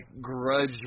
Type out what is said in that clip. grudge